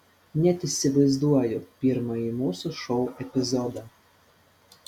net įsivaizduoju pirmąjį mūsų šou epizodą